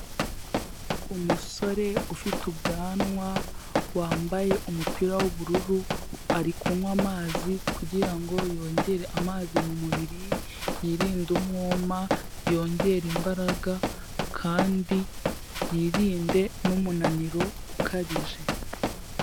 Umusore ufite ubwanwa, wambaye umupira w'ubururu, ari kunywa amazi kugira ngo yongere amazi mu mubiri yirinde umwuma, yongere imbaraga kandi yirinde n'umunaniro ukabije.